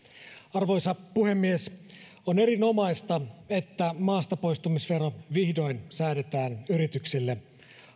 arvoisa puhemies on erinomaista että maastapoistumisvero vihdoin säädetään yrityksille